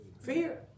Fear